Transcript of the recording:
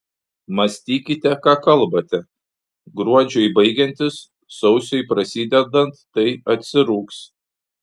mąstykite ką kalbate gruodžiui baigiantis sausiui prasidedant tai atsirūgs